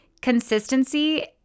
Consistency